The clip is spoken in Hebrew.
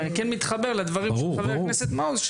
אני מתחבר לדברים של חבר הכנסת מעוז.